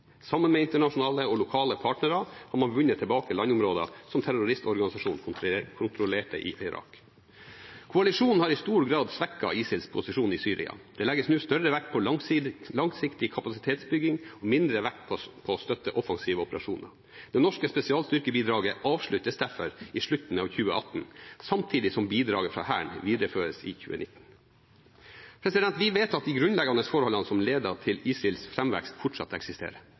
Sammen med internasjonale og lokale partnere har man vunnet tilbake landområder som terroristorganisasjonen kontrollerte i Irak. Koalisjonen har i stor grad svekket ISILs posisjon i Syria. Det legges nå større vekt på langsiktig kapasitetsbygging og mindre vekt på å støtte offensive operasjoner. Det norske spesialstyrkebidraget avsluttes derfor i slutten av 2018, samtidig som bidraget fra Hæren videreføres i 2019. Vi vet at de grunnleggende forholdene som ledet til ISILs framvekst, fortsatt eksisterer.